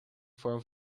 vorm